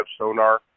sonar